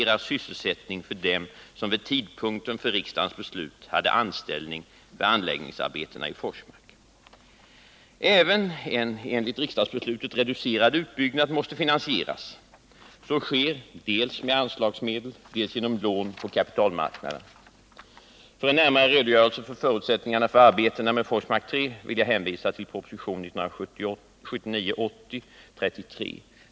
Även en enligt riksdagsbeslutet reducerad utbyggnad måste finansieras. Så sker dels med anslagsmedel, dels genom lån på kapitalmarknaden. För en närmare redogörelse för förutsättningarna för arbetena med Forsmark 3 vill jag hänvisa till prop. 1979/80:33.